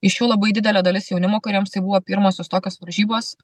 iš jų labai didelė dalis jaunimo kuriems tai buvo pirmosios tokios varžybos